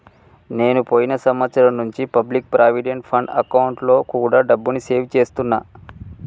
నేను పోయిన సంవత్సరం నుంచి పబ్లిక్ ప్రావిడెంట్ ఫండ్ అకౌంట్లో కూడా డబ్బుని సేవ్ చేస్తున్నా